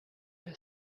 der